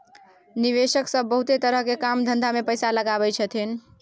निवेशक सब बहुते तरह के काम धंधा में पैसा लगबै छथिन